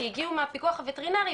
כי הגיעו מהפיקוח הוטרינרי,